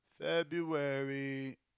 February